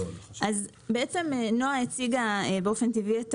נעה הציגה באופן טבעי את